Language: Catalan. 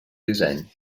disseny